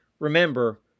Remember